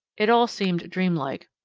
it all seemed dreamlike.